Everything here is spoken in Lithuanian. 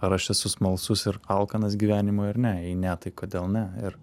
ar aš esu smalsus ir alkanas gyvenimui ar ne jei ne tai kodėl ne ir